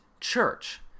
church